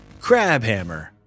Crabhammer